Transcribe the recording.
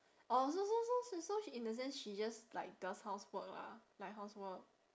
orh so so so so she in the sense she just like does housework lah like housework